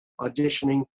auditioning